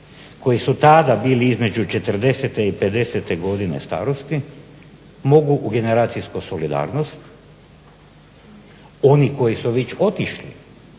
koji su tada bili između 40 i 50 godine starosti mogu u generacijsku solidarnost, oni koji su već otišli